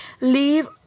Leave